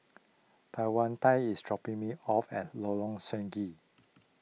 Tawanda is dropping me off at Lorong Stangee